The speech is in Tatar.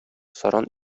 саран